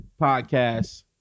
podcast